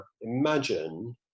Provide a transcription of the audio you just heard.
imagine